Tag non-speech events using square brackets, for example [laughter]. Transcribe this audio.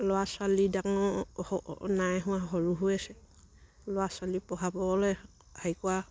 ল'ৰা ছোৱালী ডাঙৰ নাই হোৱা সৰু হৈ আছে ল'ৰা ছোৱালী পঢ়া পঢ়াবলে [unintelligible]